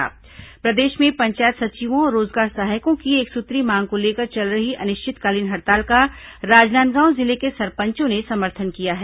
प्रदेश में पंचायत सचिवों और रोजगार सहायकों की एक सूत्रीय मांग को लेकर चल रही अनिश्चितकालीन हड़ताल का राजनांदगांव जिले के सरपंचों ने समर्थन किया है